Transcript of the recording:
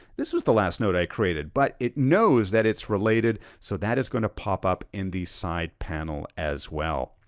this was the last note i created, but it knows that it's related so that is gonna pop up in the side panel as well.